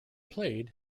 played